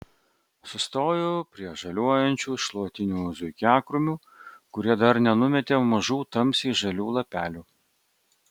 sustoju prie žaliuojančių šluotinių zuikiakrūmių kurie dar nenumetė mažų tamsiai žalių lapelių